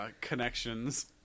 connections